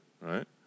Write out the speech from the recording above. right